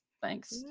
thanks